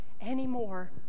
anymore